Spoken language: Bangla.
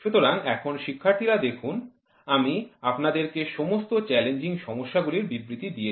সুতরাং এখন শিক্ষার্থীরা দেখুন আমি আপনাদেরকে সমস্ত চ্যালেঞ্জিং সমস্যাগুলির বিবৃতি দিয়েছি